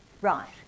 Right